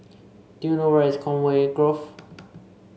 do you know where is Conway Grove